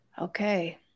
Okay